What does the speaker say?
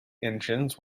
engines